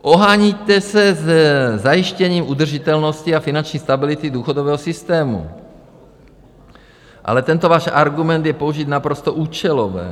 Oháníte se zajištěním udržitelnosti a finanční stability důchodového systému, ale tento váš argument je použit naprosto účelově.